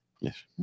Yes